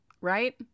right